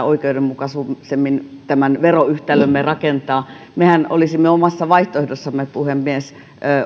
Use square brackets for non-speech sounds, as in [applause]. [unintelligible] oikeudenmukaisemmin tämän veroyhtälömme rakentaa mehän olisimme omassa vaihtoehdossamme puhemies